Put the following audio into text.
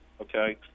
okay